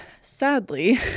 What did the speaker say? sadly